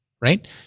right